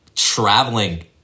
traveling